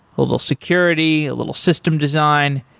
a little security, a little system design.